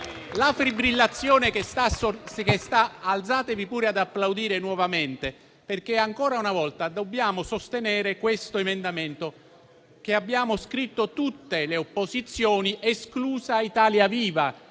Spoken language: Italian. tale comportamento. Alzatevi pure ad applaudire nuovamente, perché ancora una volta dobbiamo sostenere questo emendamento che hanno sottoscritto tutte le opposizioni, esclusa Italia Viva,